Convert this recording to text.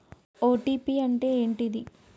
OTP అంటే ఏంటిది?